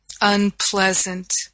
unpleasant